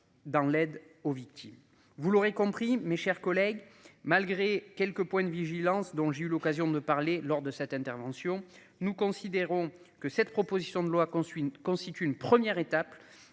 Dans l'aide aux victimes, vous l'aurez compris, mes chers collègues. Malgré quelques points de vigilance dont j'ai eu l'occasion de parler lors de cette intervention. Nous considérons que cette proposition de loi suit une constitue une première étape